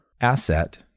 asset